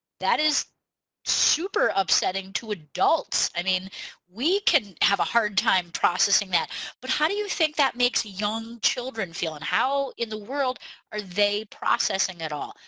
that is super upsetting to adults. i mean we can have a hard time processing that but how do you think that makes young children feel and how in the world are they processing at all?